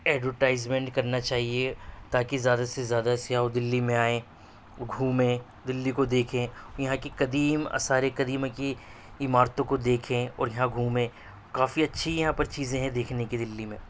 advertisement کرنا چاہئے تاکہ زیادہ سے زیادہ سیاحوں دلی میں آئیں گھومیں دلی کو دیکھیں یہاں کی قدیم آثارِ قدیمہ کی عمارتوں کو دیکھیں اور یہاں گھومیں کافی اچھی یہاں پر چیزیں ہیں دیکھنے کے دلی میں